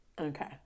okay